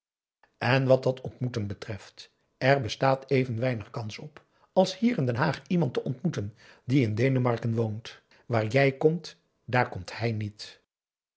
en wat dat ontmoeten betreft er bestaat even weinig kans op als hier in den haag iemand te ontmoeten die in denemarken woont waar jij komt daar komt hij niet